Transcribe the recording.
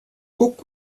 guck